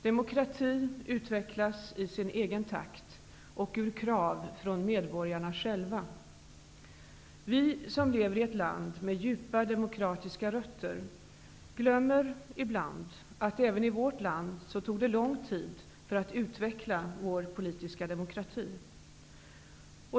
Demokratin utvecklas i sin egen takt och ur krav från medborgarna själva. Vi som lever i ett land med djupa demokratiska rötter glömmer ibland att det även i vårt land tog lång tid att utveckla vår politiska demokrati.